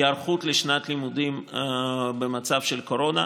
היערכות לשנת הלימודים במצב של קורונה.